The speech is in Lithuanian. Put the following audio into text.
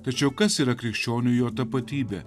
tačiau kas yra krikščioniui jo tapatybė